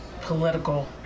political